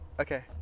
okay